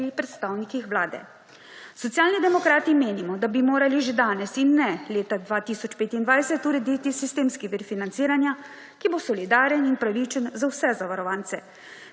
predstavnikih vlade. Socialni demokrati menimo, da bi morali že danes in ne leta 2025 urediti sistemski vir financiranja, ki bo solidaren in pravičen za vse zavarovance,